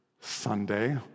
Sunday